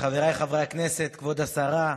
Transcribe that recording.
חבר הכנסת כהן.